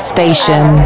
Station